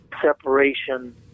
separation